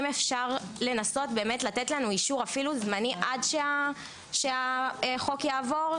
ואם אפשר לנסות לתת לנו אישור אף זמני עד שהחוק יעבור,